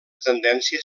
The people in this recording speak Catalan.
tendència